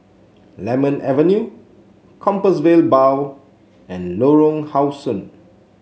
Lemon Avenue Compassvale Bow and Lorong How Sun